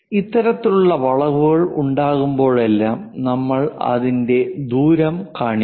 ഇത്തരത്തിലുള്ള വളവുകൾ ഉണ്ടാകുമ്പോഴെല്ലാം നമ്മൾ അതിന്റെ ദൂരം കാണിക്കുന്നു